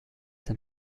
sein